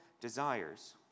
desires